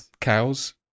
cows